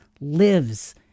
lives